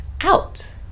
out